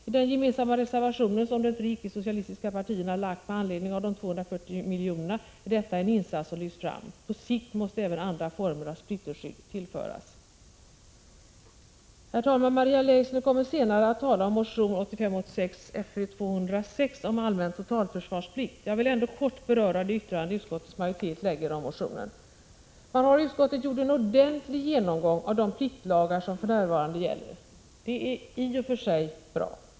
I den gemensamma reservation som de tre icke-socialistiska partierna avgivit med anledning av de 240 miljonerna är detta en insats som lyfts fram. På sikt måste även andra former av splitterskydd tillföras. Maria Leissner kommer senare att tala för motion 1985/86:Fö206 om en allmän totalförsvarsplikt. Jag vill ändå kort beröra det yttrande som utskottets majoritet har om motionen. Man har i utskottet gjort en ordentlig genomgång av de pliktlagar som för närvarande gäller. Detta är i och för sig bra.